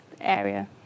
area